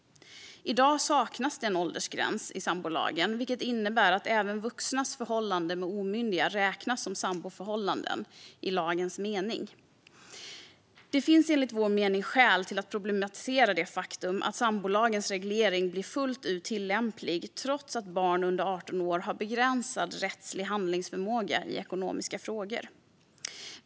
I dag saknas det en åldersgräns i sambolagen, vilket innebär att även vuxnas förhållanden med omyndiga räknas som samboförhållanden i lagens mening. Det finns enligt vår mening skäl att problematisera det faktum att sambolagens reglering blir fullt ut tillämplig trots att barn under 18 år har begränsad rättslig handlingsförmåga i ekonomiska frågor.